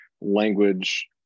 language